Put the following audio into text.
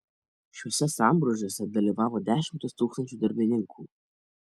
šiuose sambrūzdžiuose dalyvavo dešimtys tūkstančių darbininkų